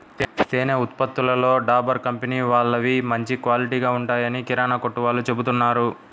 తేనె ఉత్పత్తులలో డాబర్ కంపెనీ వాళ్ళవి మంచి క్వాలిటీగా ఉంటాయని కిరానా కొట్టు వాళ్ళు చెబుతున్నారు